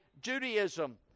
Judaism